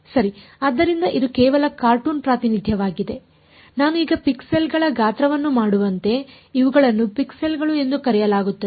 ಆದ್ದರಿಂದ ಇದು ಕೇವಲ ಕಾರ್ಟೂನ್ ಪ್ರಾತಿನಿಧ್ಯವಾಗಿದೆ ನಾನು ಈಗ ಪಿಕ್ಸೆಲ್ಗಳ ಗಾತ್ರವನ್ನು ಮಾಡುವಂತೆ ಇವುಗಳನ್ನು ಪಿಕ್ಸೆಲ್ಗಳು ಎಂದು ಕರೆಯಲಾಗುತ್ತದೆ